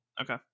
okay